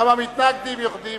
גם המתנגדים יודעים.